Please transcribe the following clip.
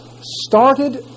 started